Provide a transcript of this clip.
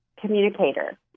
communicator